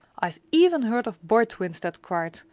i've even heard of boy twins that cried,